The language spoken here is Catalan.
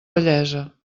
vellesa